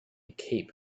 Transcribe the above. cape